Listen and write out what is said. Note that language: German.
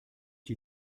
die